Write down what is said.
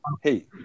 Hey